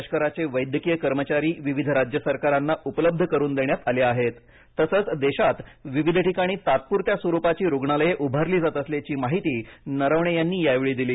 लष्कराचे वैद्यकीय कर्मचारी विविध राज्य सरकारांना उपलब्ध करुन देण्यात आले आहेत तसंच देशात विविध ठिकाणी तात्पुरत्या स्वरुपाची रुग्णालये उभारली जात असल्याची माहिती नरवणे यांनी यावेळी दिली